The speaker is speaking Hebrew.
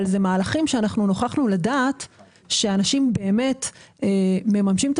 נוכחנו לדעת שאנשים באמת מממשים את